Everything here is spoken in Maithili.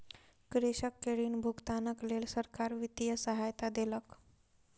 कृषक के ऋण भुगतानक लेल सरकार वित्तीय सहायता देलक